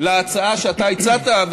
להצעה שאתה הצעת,